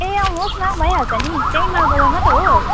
ए आउनुहोस् न भइहाल्छ नि त्यहीँ मालबजारमा त हो